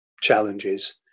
challenges